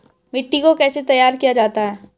मिट्टी को कैसे तैयार किया जाता है?